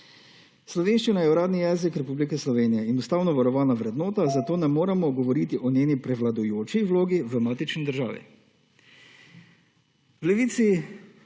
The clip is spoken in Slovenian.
Slovenščina je uradni jezik Republike Slovenije in ustavno varovana vrednota, zato ne moremo govoriti o njeni prevladujoči vlogi v matični državi.